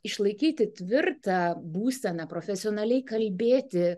išlaikyti tvirtą būseną profesionaliai kalbėti